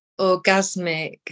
orgasmic